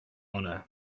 honor